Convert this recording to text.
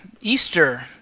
Easter